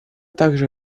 также